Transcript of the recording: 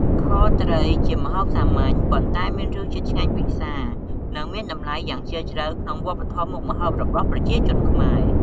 ខត្រីជាម្ហូបសាមញ្ញ ប៉ុន្តែមានរសជាតិឆ្ងាញ់ពិសា និងមានតម្លៃយ៉ាងជ្រាលជ្រៅក្នុងវប្បធម៌មុខម្ហូបរបស់ប្រជាជនខ្មែរ។